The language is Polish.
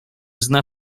zna